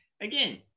again